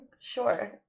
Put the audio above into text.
sure